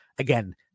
Again